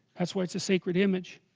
that's why, it's a sacred image